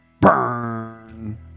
Burn